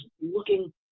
looking